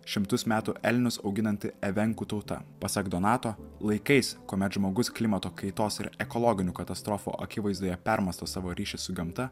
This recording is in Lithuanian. šimtus metų elnius auginanti evenkų tauta pasak donato laikais kuomet žmogus klimato kaitos ir ekologinių katastrofų akivaizdoje permąsto savo ryšį su gamta